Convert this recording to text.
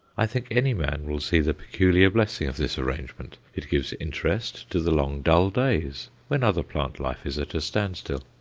i think any man will see the peculiar blessing of this arrangement. it gives interest to the long dull days, when other plant life is at a standstill.